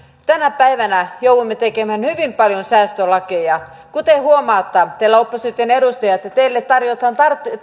tänä päivänä joudumme tekemään hyvin paljon säästölakeja kuten huomaatte opposition edustajat teille tarjotaan